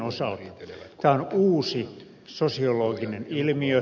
tämä on uusi sosiologinen ilmiö